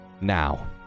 Now